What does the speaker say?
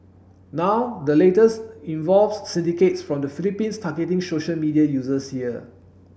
now the latest involves syndicates from the Philippines targeting social media users here